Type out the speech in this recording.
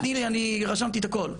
שנייה, אני תני לי אני רשמתי את הכול.